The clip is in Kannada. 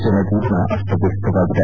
ಜನಜೀವನ ಅಸ್ತವ್ಯಸ್ತವಾಗಿದೆ